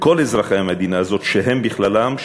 וכל אזרחי המדינה הזאת, שהם בכללם,